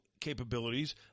capabilities